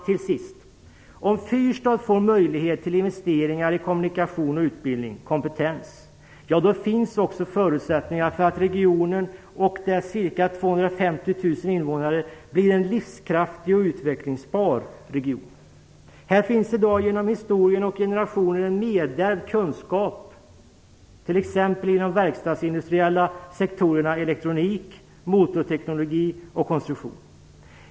Till sist vill jag säga, att om Fyrstad får möjlighet till investeringar i kommunikation och utbildning/kompetens finns också förutsättningar för att regionen och dess ca 250 000 invånare blir en livskraftig och utvecklingsbar region. Här finns i dag en genom historien och generationer nedärvd kunskap, t.ex. inom de verkstadsindustriella sektorerna elektronik, motorteknologi och konstruktion.